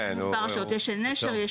מספרת את זה?